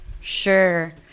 Sure